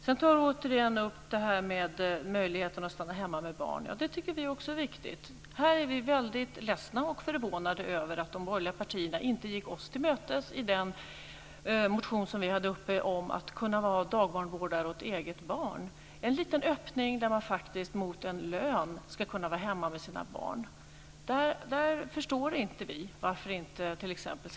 Sedan återigen detta med möjligheten att stanna hemma med barn. Ja, det tycker vi också är viktigt. Här är vi väldigt ledsna och förvånade över att de borgerliga partierna inte gick oss till mötes i den motion som vi väckte om att kunna vara dagbarnvårdare åt eget barn - en liten öppning för att man faktiskt mot en lön ska kunna vara hemma med sina barn. Vi förstår inte varför inte t.ex.